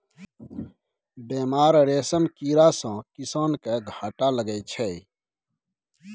बेमार रेशम कीड़ा सँ किसान केँ घाटा लगै छै